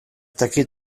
dakit